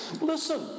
Listen